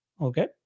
okay